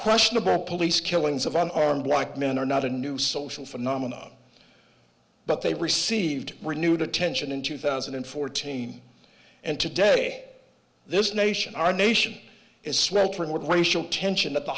question of police killings of unarmed black men are not a new social phenomenon but they received renewed attention in two thousand and fourteen and today this nation our nation is sweltering with racial tension at the